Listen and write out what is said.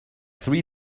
three